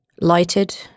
lighted